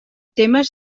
temes